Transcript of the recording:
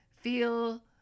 feel